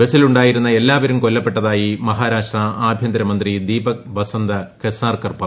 ബസിലുണ്ടായിരുന്ന എല്ലാവരും കൊല്ലപ്പെട്ടതായി മഹാരാഷ്ട്ര ആഭ്യന്തരമന്ത്രി ദീപക് വസന്ത് കെസാർകർപ്പറഞ്ഞു